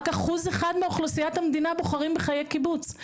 רק 1% מאוכלוסיית המדינה בוחרים בחיי קיבוץ,